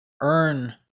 earn